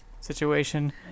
situation